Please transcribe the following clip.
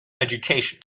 education